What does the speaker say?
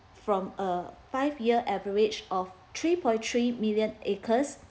from a five year average of three point three million acres